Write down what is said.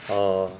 err